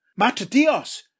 Matadios